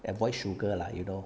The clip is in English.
avoid sugar lah you know